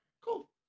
Cool